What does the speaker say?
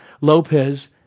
Lopez